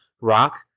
Rock